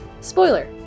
Spoiler